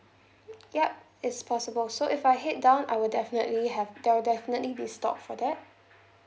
yup it's possible so if I head down I will definitely have there will definitely be stock for that